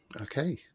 Okay